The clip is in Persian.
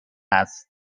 است